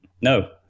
No